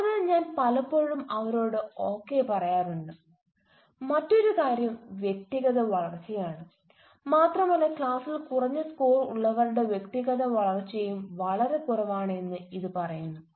അതിനാൽ ഞാൻ പലപ്പോഴും അവരോട് ഓകെ പറയാറുണ്ടായിരുന്നു മറ്റൊരു കാര്യം വ്യക്തിഗത വളർച്ചയാണ് മാത്രമല്ല ക്ലാസ്സിൽ കുറഞ്ഞ സ്കോർ ഉള്ളവരുടെ വ്യക്തിഗത വളർച്ചയും വളരെ കുറവാണ് എന്നും ഇത് പറയുന്നു